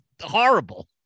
horrible